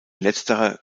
letzterer